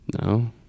No